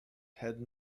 had